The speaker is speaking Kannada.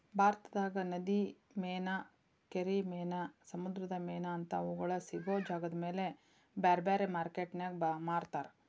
ಭಾರತದಾಗ ನದಿ ಮೇನಾ, ಕೆರಿ ಮೇನಾ, ಸಮುದ್ರದ ಮೇನಾ ಅಂತಾ ಅವುಗಳ ಸಿಗೋ ಜಾಗದಮೇಲೆ ಬ್ಯಾರ್ಬ್ಯಾರೇ ಮಾರ್ಕೆಟಿನ್ಯಾಗ ಮಾರ್ತಾರ